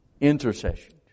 Intercession